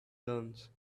learns